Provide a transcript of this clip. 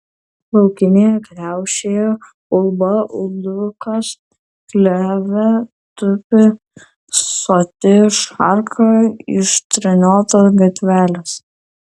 laukinėje kriaušėje ulba uldukas kleve tupi soti šarka iš treniotos gatvelės